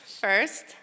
first